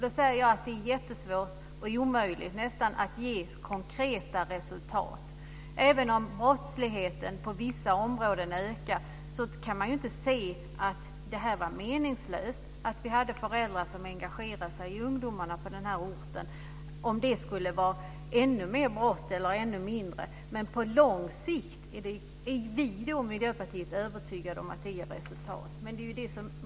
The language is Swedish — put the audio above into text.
Då säger jag att det är jättesvårt, nästan omöjligt att visa konkreta resultat. Även om brottsligheten på vissa områden ökar kan man inte säga att det var meningslöst att vi hade föräldrar som engagerade sig i ungdomarna på den orten, oavsett om det skulle bli ännu fler eller färre brott. Men vi i Miljöpartiet är övertygade om att det långsiktigt ger resultat.